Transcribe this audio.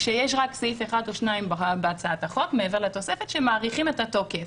כשיש רק סעיף אחד או שניים בהצעת החוק מעבר לתוספת שמאריכים את התוקף.